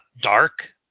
dark